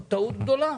זאת טעות גדולה.